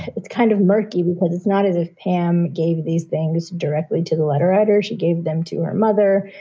it's kind of murky because it's not as if pam gave these things directly to the letter writer. she gave them to her mother,